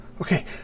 Okay